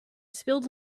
spilled